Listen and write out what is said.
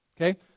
Okay